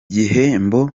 gihembo